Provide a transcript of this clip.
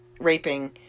raping